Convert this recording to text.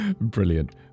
brilliant